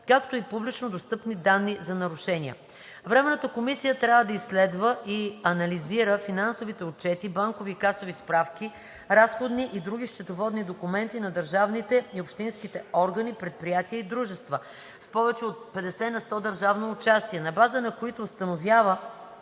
както и публично достъпни данни за нарушения. 3. Временната комисия трябва да изследва и анализира финансовите отчети, банкови и касови справки, разходни и други счетоводни документи на държавните и общинските органи, предприятия и дружества, с повече от 50 на сто държавно участие, на база на които установява